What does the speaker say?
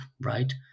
right